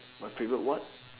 my favourite what